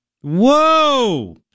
Whoa